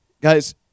Guys